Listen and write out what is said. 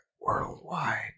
Worldwide